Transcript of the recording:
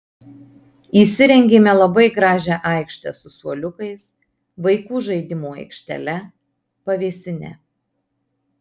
įsirengėme labai gražią aikštę su suoliukais vaikų žaidimų aikštele pavėsine